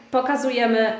Pokazujemy